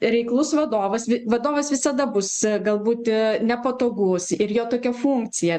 reiklus vadovas v vadovas visada bus galbūt nepatogus ir jo tokia funkcija